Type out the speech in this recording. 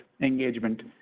engagement